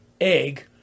egg